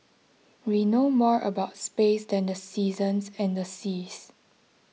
we know more about space than the seasons and the seas